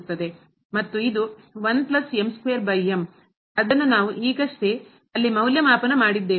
ಮತ್ತು ಇದು ಅದನ್ನು ನಾವು ಈಗಷ್ಟೇ ಅಲ್ಲಿ ಮೌಲ್ಯಮಾಪನ ಮಾಡಿದ್ದೇವೆ